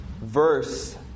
verse